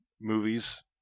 movies